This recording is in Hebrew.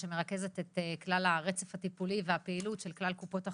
שמרכזת את כלל הרצף הטיפולי והפעילות של כלל קופות החולים.